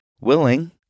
willing